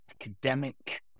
academic